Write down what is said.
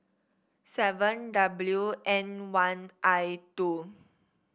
seven W N one I two